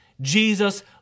Jesus